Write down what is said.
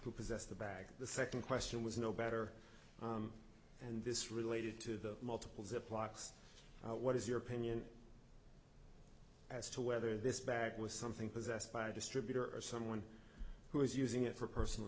who possessed the bag the second question was no better and this related to the multiple ziploc sed what is your opinion as to whether this back was something possessed by a distributor or someone who was using it for personal